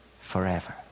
forever